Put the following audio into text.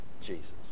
Jesus